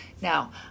Now